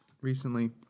recently